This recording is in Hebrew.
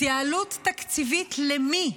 התייעלות תקציבית למי,